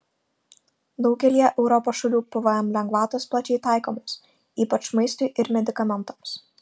daugelyje europos šalių pvm lengvatos plačiai taikomos ypač maistui ir medikamentams